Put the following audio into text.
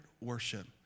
worship